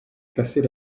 casser